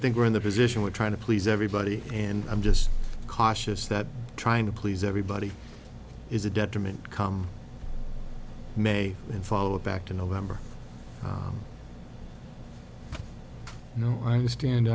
think we're in the position we're trying to please everybody and i'm just cautious that trying to please everybody is a detriment come may and follow it back to november you know i understand